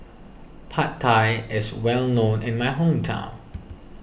Pad Thai is well known in my hometown